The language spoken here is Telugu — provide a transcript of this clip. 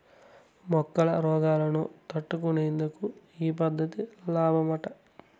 మొక్కల రోగాలను తట్టుకునేందుకు ఈ పద్ధతి లాబ్మట